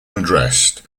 addressed